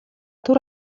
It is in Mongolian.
түр